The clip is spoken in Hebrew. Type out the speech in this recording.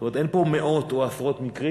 זאת אומרת, אין פה מאות או עשרות מקרים.